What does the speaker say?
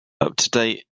up-to-date